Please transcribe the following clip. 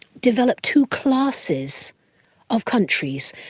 developed two classes of countries,